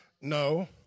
No